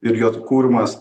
ir jo kūrimas